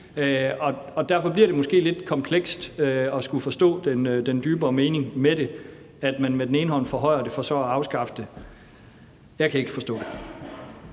derfor bliver det måske lidt komplekst at skulle forstå den dybere mening med det, altså at man med den ene hånd forhøjer det for så at afskaffe det med den anden. Jeg kan ikke forstå det.